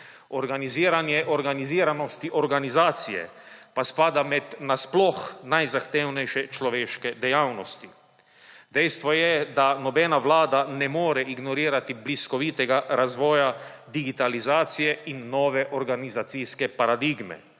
Organiziranje organiziranosti organizacije pa spada med na sploh najzahtevnejše človeške dejavnosti. Dejstvo je, da nobena Vlada ne more ignorirati bliskovitega razvoja digitalizacije in nove organizacijske paradigme.